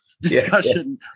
discussion